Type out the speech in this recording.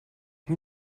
you